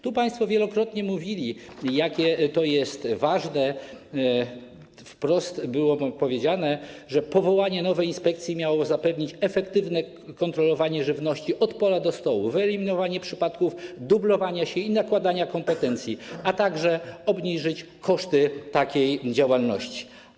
Tu państwo wielokrotnie mówili, jakie to jest ważne, wprost było powiedziane, że powołanie nowej inspekcji miało zapewnić efektywne kontrolowanie żywności od pola do stołu, wyeliminowanie przypadków dublowania się i nakładania kompetencji, a także miało obniżyć koszty takiej działalności.